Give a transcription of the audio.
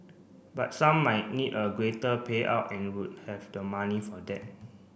but some might need a greater payout and would have the money for that